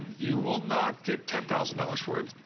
you will not get ten thousand dollars for it.